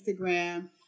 Instagram